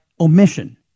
omission